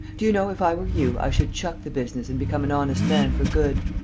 do you know, if i were you, i should chuck the business and become an honest man for good.